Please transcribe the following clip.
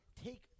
Take